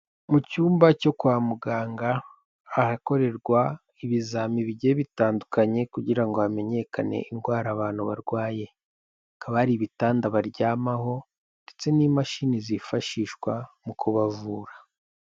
Mu cyumba cyo kwa muganga, ahakorerwa ibizame bigiye bitandukanye kugira ngo hamenyekane indwara abantu barwaye, hakaba hari ibitanda baryamaho, ndetse n'imashini zifashishwa mu kubavura.